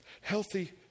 Healthy